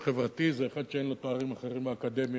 זה אחד שאין לו תארים אחרים מהאקדמיה,